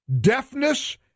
deafness